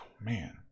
man